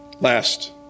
Last